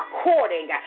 according